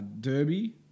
Derby